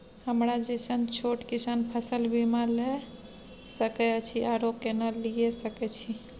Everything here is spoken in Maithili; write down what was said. हमरा जैसन छोट किसान फसल बीमा ले सके अछि आरो केना लिए सके छी?